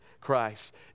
Christ